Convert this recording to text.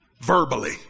verbally